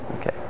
okay